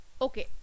Okay